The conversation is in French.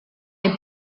est